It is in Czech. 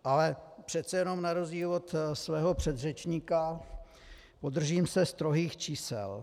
Ale přece jenom na rozdíl od svého předřečníka se podržím strohých čísel.